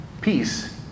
peace